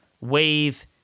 wave